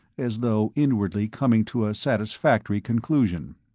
as though inwardly coming to a satisfactory conclusion.